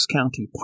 County